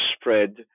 spread